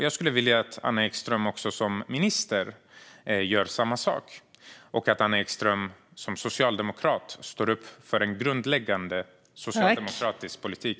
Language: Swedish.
Jag skulle vilja att Anna Ekström gör samma sak som minister och att hon som socialdemokrat står upp för det som egentligen är grundläggande socialdemokratisk politik.